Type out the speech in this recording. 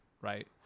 Right